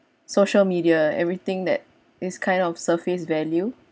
social media everything that is kind of surface value